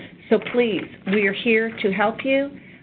so please, we are here to help you.